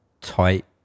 tight